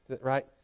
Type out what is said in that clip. right